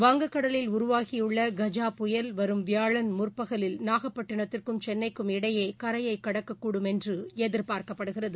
வங்கக்கடலில் உருவாகியுள்ள கஜா புயல் வரும் வியாழன் முற்பகலில் நாகப்பட்டினத்திற்கும் சென்னைக்கும் இடையே கரையை கடக்கக்கூடும் என்று தெரிவிக்கப்பட்டுள்ளது